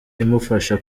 imufasha